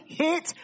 hit